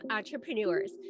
Entrepreneurs